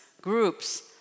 groups